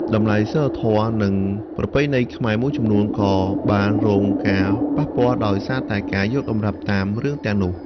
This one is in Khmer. តម្លៃសីលធម៌និងប្រពៃណីខ្មែរមួយចំនួនក៏បានរងការប៉ះពាល់ដោយសារតែការយកតម្រាប់តាមរឿងទាំងនោះ។